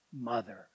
mother